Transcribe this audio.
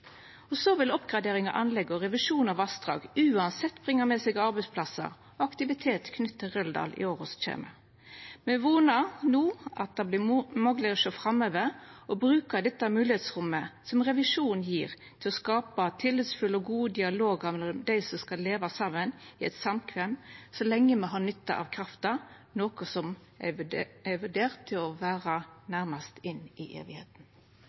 Så vil oppgradering av anlegg og revisjon av vassdrag uansett bringa med seg arbeidsplassar og aktivitet knytt til Røldal i åra som kjem. Me vonar no at det vert mogleg å sjå framover og bruka moglegheitsrommet som revisjonen gjev, til å skapa tillitsfulle og gode dialogar mellom dei som skal leva saman i eit samkvem, så lenge me har nytte av krafta, noko som er vurdert til å vera nærast inn i